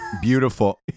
Beautiful